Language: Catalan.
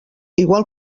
igual